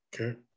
Okay